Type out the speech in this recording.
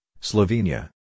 Slovenia